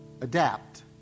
adapt